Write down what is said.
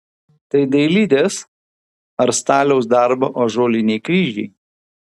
tai dailidės ar staliaus darbo ąžuoliniai kryžiai